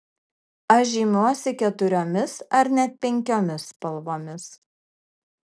aš žymiuosi keturiomis ar net penkiomis spalvomis